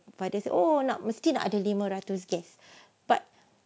fathers oh mesti nak ada lima ratus okay but